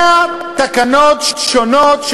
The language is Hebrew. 100 תקנות שונות,